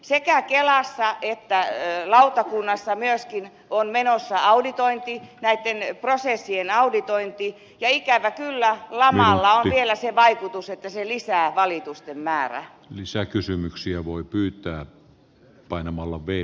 sekä kelassa että lautakunnassa on myöskin menossa näitten prosessien auditointi ja ikävä kyllä lamalla on vielä se vaikutus että se lisää valitusten määrää lisäkysymyksiä voi pyytää painamalla vii